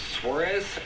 Suarez